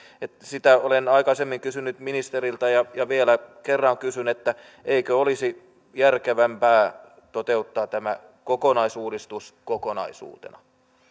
sitä olen aikaisemmin kysynyt ministeriltä ja vielä kerran kysyn eikö olisi järkevämpää toteuttaa tämä kokonaisuudistus kokonaisuutena